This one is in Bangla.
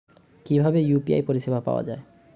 কিভাবে ইউ.পি.আই পরিসেবা পাওয়া য়ায়?